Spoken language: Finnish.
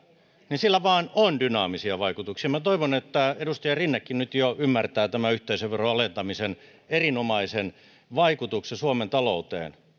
niin sillä vaan on dynaamisia vaikutuksia minä toivon että edustaja rinnekin nyt jo ymmärtää tämän yhteisöveron alentamisen erinomaisen vaikutuksen suomen talouteen